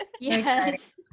Yes